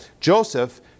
Joseph